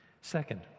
Second